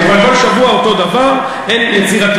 אבל כל שבוע אותו דבר, אין יצירתיות?